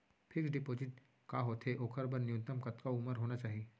Fix deposit का होथे ओखर बर न्यूनतम कतका उमर होना चाहि?